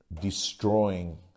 destroying